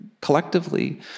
collectively